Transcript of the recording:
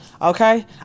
Okay